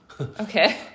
Okay